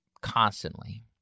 constantly